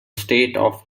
state